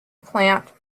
plant